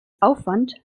aufwand